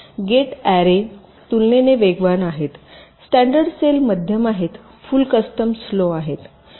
gate array तुलनेने वेगवान आहे स्टॅंडर्ड सेल मध्यम आहे फुल कस्टम स्लो आहे